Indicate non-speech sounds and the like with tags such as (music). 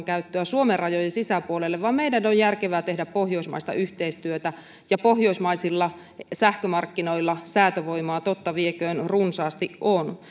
(unintelligible) käyttöä suomen rajojen sisäpuolelle vaan meidän on järkevää tehdä pohjoismaista yhteistyötä ja pohjoismaisilla sähkömarkkinoilla säätövoimaa totta vieköön runsaasti on (unintelligible)